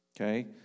Okay